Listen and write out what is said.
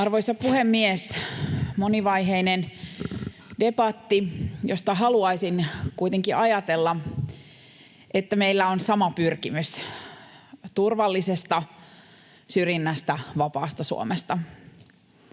Arvoisa puhemies! Monivaiheinen debatti, josta haluaisin kuitenkin ajatella, että meillä on sama pyrkimys turvallisesta, syrjinnästä vapaasta Suomesta.